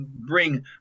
bring